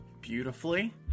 beautifully